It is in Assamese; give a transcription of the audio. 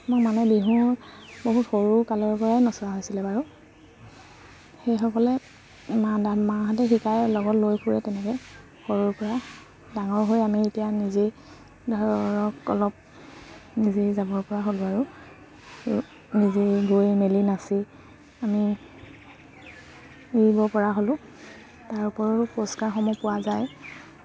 মই মানে বিহু বহুত সৰু কালৰ পৰাই নচৰা হৈছিলে বাৰু সেইসকলে মা মাহঁতে শিকাই লগত লৈ পৰে তেনেকে সৰুৰ পৰা ডাঙৰ হৈ আমি এতিয়া নিজেই ধৰক অলপ নিজেই যাবৰ পৰা হ'লোঁ আৰু নিজেই গৈ মেলি নাচি আমি এৰিব পৰা হ'লোঁ তাৰপৰিও পুৰষ্কাৰসমূহ পোৱা যায়